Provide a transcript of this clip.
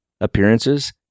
appearances